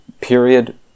period